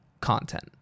content